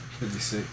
56